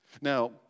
Now